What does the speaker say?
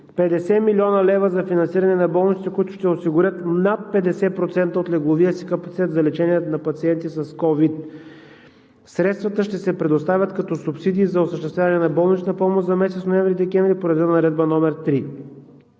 50 млн. лв. за финансиране на болниците, които ще осигурят над 50% от легловия си капацитет за лечението на пациенти с COVID. Средствата ще се предоставят като субсидии за осъществяване на болнична помощ за месец ноември – декември, по реда на Наредба № 3.